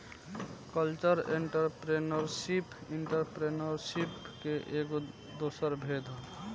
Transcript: cultural entrepreneurship entrepreneurship के एगो दोसर भेद ह